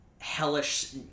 hellish